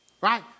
Right